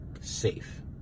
safe